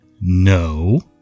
No